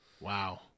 Wow